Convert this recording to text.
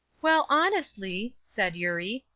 well, honestly, said eurie,